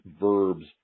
verbs